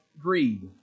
greed